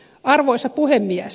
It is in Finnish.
arvoisa puhemies